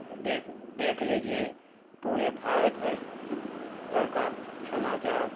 देख देख लीजिए पूरे भारत वर्ष भर का समाचार